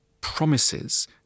promises